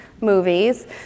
movies